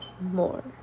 more